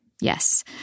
yes